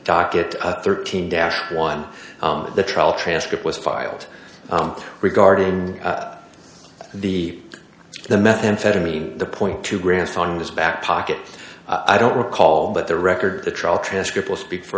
docket thirteen dash one the trial transcript was filed regarding the the methamphetamine the point to grant found his back pocket i don't recall but the record the trial transcript will speak for